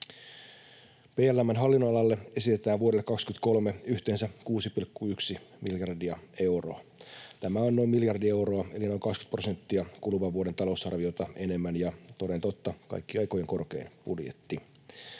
PLM:n hallinnonalalle esitetään vuodelle 23 yhteensä 6,1 miljardia euroa. Tämä on noin miljardi euroa eli noin 20 prosenttia kuluvan vuoden talousarviota enemmän ja, toden totta, kaikkien aikojen korkein budjetti.